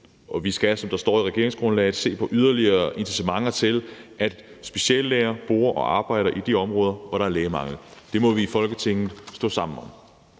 Vi skal, som der står i regeringsgrundlaget, se på yderligere incitamenter til, at speciallæger bor og arbejder i de områder, hvor der er lægemangel. Det må vi i Folketinget stå sammen om.